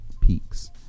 peaks